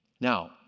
Now